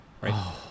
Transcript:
right